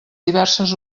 diverses